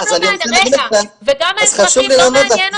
גם לא מעניין אותם איך אתם עושים את זה --- אז חשוב לי לענות לך,